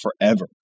forever